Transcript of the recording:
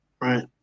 right